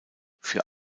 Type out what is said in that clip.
für